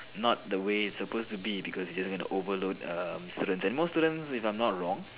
not the way it's supposed to be because it will just want to overload err students and most students if I'm not wrong